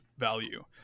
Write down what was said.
value